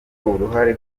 uruhare